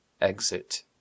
Exit